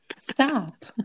Stop